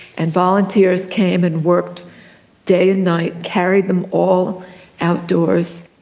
and volunteers came and worked day and night, carried them all outdoors.